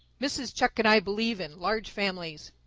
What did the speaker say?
mrs. chuck and i believe in large families.